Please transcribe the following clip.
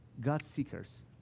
God-seekers